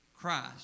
Christ